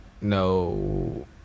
no